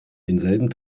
denselben